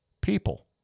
people